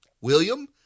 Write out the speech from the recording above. William